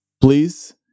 please